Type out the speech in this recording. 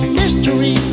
mystery